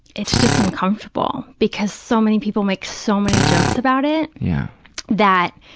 it's just uncomfortable, because so many people make so many jokes about it yeah that,